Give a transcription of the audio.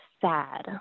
sad